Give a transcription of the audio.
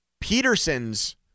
Peterson's